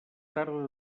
tarda